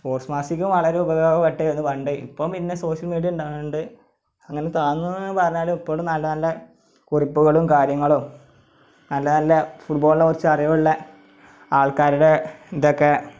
sports മാസികയും വളരെ ഉപയോഗപ്പെട്ടു അത് പണ്ട് ഇപ്പോൾ പിന്നെ സോഷ്യല് മീഡിയ ഉണ്ടായത് കൊണ്ട് അങ്ങനെ തോന്നുന്നു എന്ന് പറഞ്ഞാലും ഇപ്പോഴും നല്ല നല്ല കുറിപ്പുകളും കാര്യങ്ങളും നല്ല നല്ല ഫുട്ബോളിനെക്കുറിച്ച് അറിവുള്ള ആള്ക്കാരുടെ ഇതൊക്കെ